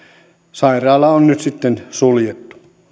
sairaala on nyt sitten suljettu